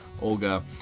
Olga